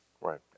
Right